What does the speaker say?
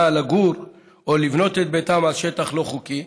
לגור או לבנות את ביתם על שטח לא חוקי,